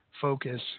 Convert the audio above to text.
focus